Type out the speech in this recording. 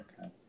Okay